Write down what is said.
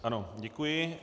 Ano, děkuji.